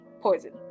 poison